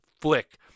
Flick